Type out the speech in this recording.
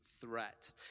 threat